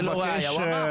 --- הוא אמר.